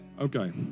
Okay